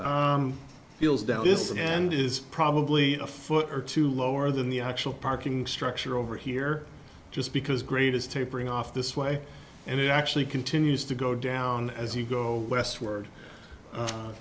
heels down this and is probably a foot or two lower than the actual parking structure over here just because great is tapering off this way and it actually continues to go down as you go westward a